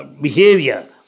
behavior